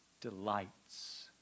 delights